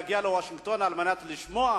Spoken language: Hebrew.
להגיע לוושינגטון על מנת לשמוע